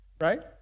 right